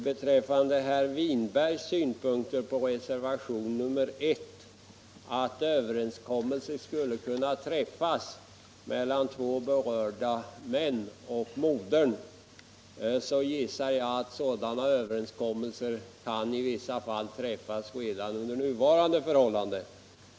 Beträffande herr Winbergs synpunkter på reservationen 1, att överenskommelse skulle kunna träffas mellan två berörda män och modern, gissar jag att sådana överenskommelser i vissa fall kan träffas redan under nuvarande förhållanden.